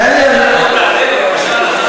תענה בבקשה על הצעת החוק ולא על משהו אחר.